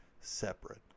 separate